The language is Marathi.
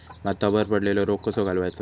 भातावर पडलेलो रोग कसो घालवायचो?